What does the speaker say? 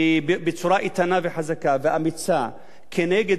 ואמיצה כנגד כל התופעות האלה משני הצדדים,